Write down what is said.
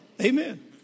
Amen